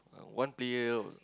one player